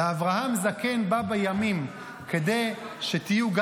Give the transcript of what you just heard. "ואברהם זקן בא בימים", כדי שגם,